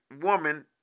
woman